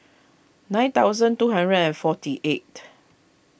nine thousand two hundred and forty eight